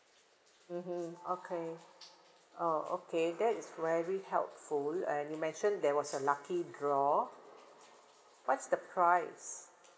mmhmm okay oh okay that is very helpful and you mentioned there was a lucky draw what's the price